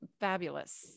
fabulous